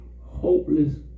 hopeless